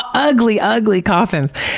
ah ugly, ugly coffins.